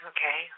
Okay